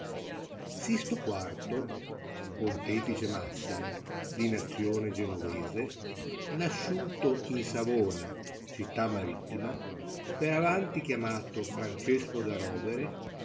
quarto pontefice massimo di nazione genovese nasciuto in savona città marittima per avanti chiamato francesco da rovere